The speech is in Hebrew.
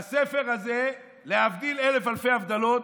והספר הזה, להבדיל אלף אלפי הבדלות,